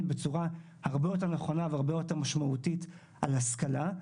בצורה הרבה יותר נכונה והרבה יותר משמעותית על השכלה.